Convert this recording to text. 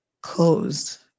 closed